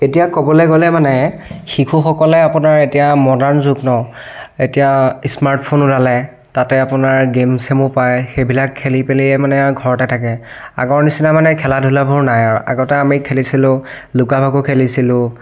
এতিয়া ক'বলৈ গ'লে মানে শিশুসকলে আপোনাৰ এতিয়া মডাৰ্ণ যুগ ন' এতিয়া ইস্মাৰ্ট ফোন ওলালে তাতে আপোনাৰ গে'ম চেমও পাই সেইবিলাক খেলি পেলি মানে আৰু ঘৰতে থাকে আগৰ নিচিনা মানে খেলা ধূলাবোৰ নাই আৰু আগতে আমি খেলিছিলোঁ লুকা ভাকু খেলিছিলোঁ